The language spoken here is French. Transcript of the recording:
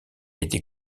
était